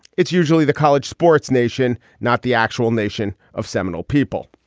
it's usually the college sports nation, not the actual nation of seminole people.